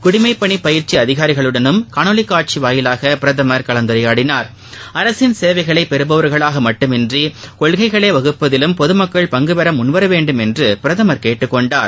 குடிமைப்பணி பயிற்சி அதிகாரிகளுடனும் காணொளி காட்சி வாயிலாக பிரதமர் கலந்துரையாடினார் அரசின் சேவைகளை பெறுபவர்களாக மட்டுமின்றி கொள்கைகளை வகுப்பதிலும் பொதுமக்கள் பங்கு பெற முன்வர வேண்டுமென்று பிரதமர் கேட்டுக்கொண்டார்